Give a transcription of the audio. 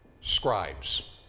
scribes